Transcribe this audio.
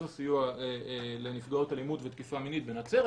הסיוע לנפגעות אלימות ותקיפה מינית בנצרת,